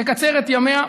תקצר את ימיה,